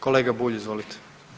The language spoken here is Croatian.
Kolega Bulj, izvolite.